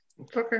Okay